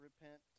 repent